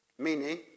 Meaning